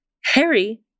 Harry